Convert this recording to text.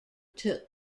took